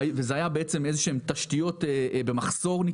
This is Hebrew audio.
ואלה היו תשתיות במחסור.